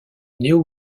néo